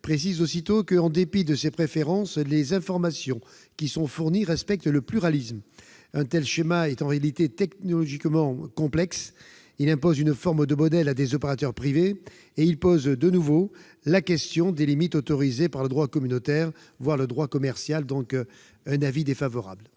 préciser que, en dépit de ces préférences, les informations fournies respectent le pluralisme. Un tel schéma est en réalité technologiquement complexe. Il impose une forme de modèle à des opérateurs privés et il pose de nouveau la question des limites autorisées par le droit communautaire, voire le droit commercial. La commission émet